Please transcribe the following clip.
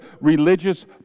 religious